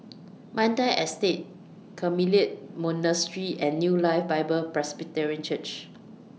Mandai Estate Carmelite Monastery and New Life Bible Presbyterian Church